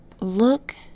Look